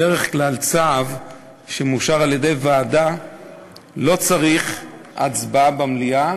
בדרך כלל צו שמאושר על-ידי ועדה לא צריך הצבעה במליאה.